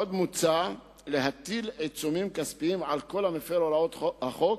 עוד מוצע להטיל עיצומים כספיים על כל המפר את הוראות החוק